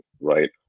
right